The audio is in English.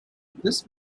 this